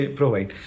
provide